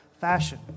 fashion